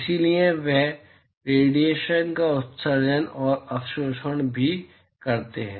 इसलिए वे रेडिएशन का उत्सर्जन और अवशोषण भी करते हैं